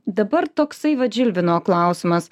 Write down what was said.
dabar toksai vat žilvino klausimas